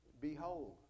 behold